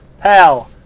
Pal